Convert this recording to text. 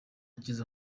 cyiza